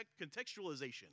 Contextualization